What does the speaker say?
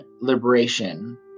liberation